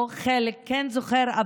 או חלק כן זוכרים,